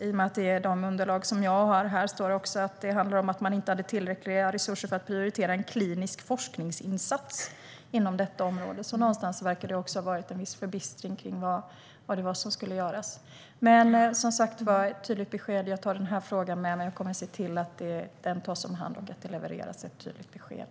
I de underlag jag har står det nämligen att det handlar om att man inte hade tillräckliga resurser för att prioritera en klinisk forskningsinsats inom detta område. Någonstans verkar det därför ha varit en viss förbistring kring vad det var som skulle göras. Som sagt: Jag tar frågan med mig, och jag kommer att se till att den tas om hand och att det levereras ett tydligt besked.